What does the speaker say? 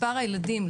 מספר הילדים,